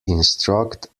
instruct